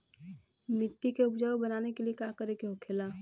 मिट्टी के उपजाऊ बनाने के लिए का करके होखेला?